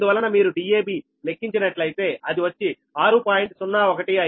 అందువలన మీరు Dab లెక్కించినట్లయితే అది వచ్చి 6